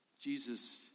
Jesus